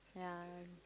ya